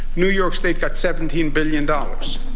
new york state got seventeen billion dollars.